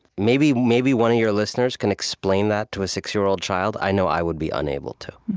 maybe maybe one of your listeners can explain that to a six-year-old child i know i would be unable to.